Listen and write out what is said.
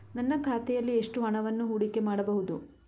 ನನ್ನ ಖಾತೆಯಲ್ಲಿ ಎಷ್ಟು ಹಣವನ್ನು ಹೂಡಿಕೆ ಮಾಡಬಹುದು?